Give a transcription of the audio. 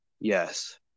Yes